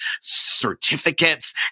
certificates